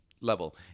level